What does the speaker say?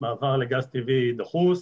מעבר לגז טבעי דחוס.